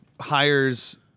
hires